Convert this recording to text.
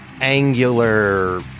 angular